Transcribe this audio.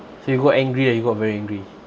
so you got angry or you got very angry